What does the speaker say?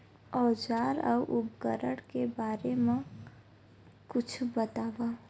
औजार अउ उपकरण के बारे मा कुछु बतावव?